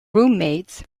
roommates